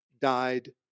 died